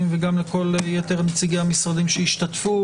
וגם לכל יותר נציגי המשרדים שהשתתפו.